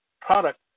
product